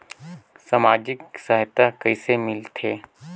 समाजिक सहायता कइसे मिलथे?